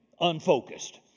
unfocused